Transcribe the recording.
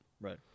Right